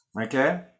Okay